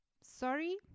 Sorry